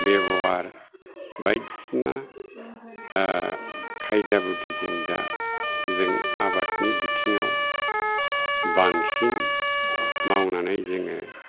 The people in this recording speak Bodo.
बेब'हार बायदिसिना खायदा बुद्दिजों दा जों आबादनि बिथिङाव बांसिन मावनानै जोङो